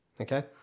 Okay